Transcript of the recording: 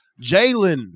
Jalen